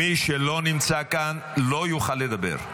מי שלא נמצא כאן לא יוכל לדבר.